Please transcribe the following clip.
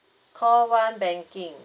call one banking